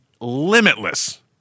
limitless